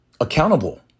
accountable